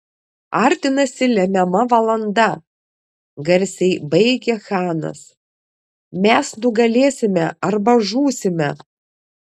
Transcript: artinasi lemiama valanda garsiai baigė chanas mes nugalėsime arba žūsime